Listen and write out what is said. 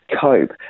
cope